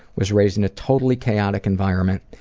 was raised in a totally chaotic environment,